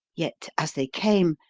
yet, as they came,